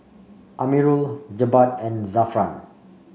Amirul Jebat and Zafran